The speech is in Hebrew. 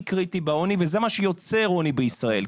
קריטי בעוני וזה מה שיוצר עוני בישראל.